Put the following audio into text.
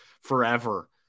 forever